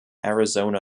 arizona